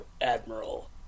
admiral